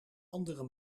andere